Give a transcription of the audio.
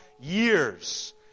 years